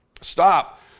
stop